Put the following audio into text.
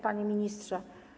Panie Ministrze!